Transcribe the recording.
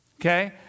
okay